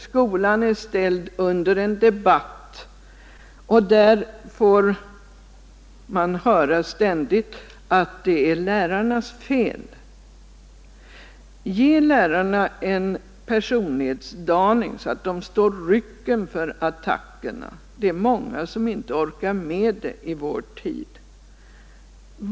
Skolan är ställd under en debatt, där man ständigt får höra att det är lärarnas fel om allt inte är som det skall vara. Ge lärarna en personlighetsdaning så att de står rycken för attackerna! Det är många lärare som inte orkar med det i vår tid.